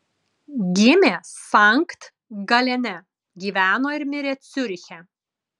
gimė sankt galene gyveno ir mirė ciuriche